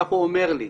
כך הוא אומר לי.